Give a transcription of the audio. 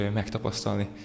megtapasztalni